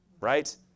Right